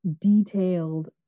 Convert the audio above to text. detailed